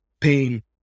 pain